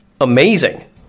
amazing